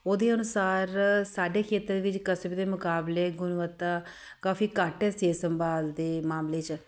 ਉਹਦੇ ਅਨੁਸਾਰ ਸਾਡੇ ਖੇਤਰ ਵਿੱਚ ਕਸਬੇ ਦੇ ਮੁਕਾਬਲੇ ਗੁਣਵੱਤਾ ਕਾਫੀ ਘੱਟ ਸਿਹਤ ਸੰਭਾਲ ਦੇ ਮਾਮਲੇ 'ਚ